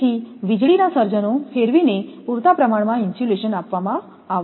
તેથી વીજળીના સર્જનો ફેરવીને પૂરતા પ્રમાણમાં ઇન્સ્યુલેશન આપવામાં આવશે